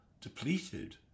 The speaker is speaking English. depleted